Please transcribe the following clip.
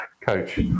coach